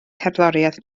cerddoriaeth